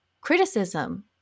criticism